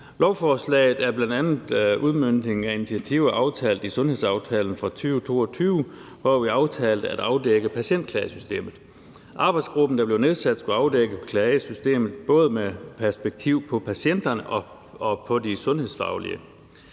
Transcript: Lovforslaget er bl.a. en udmøntning af initiativer aftalt i sundhedsaftalen fra 2022, hvor vi aftalte at afdække patientklagesystemet. Arbejdsgruppen, der blevet nedsat, skulle afdække klagesystemet, både med perspektiv på patienterne og på de sundhedsfaglige.